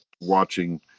watching